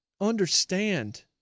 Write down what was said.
understand